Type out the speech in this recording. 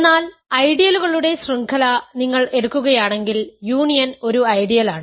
എന്നാൽ ഐഡിയലുകളുടെ ശൃംഖല നിങ്ങൾ എടുക്കുകയാണെങ്കിൽ യൂണിയൻ ഒരു ഐഡിയലാണ്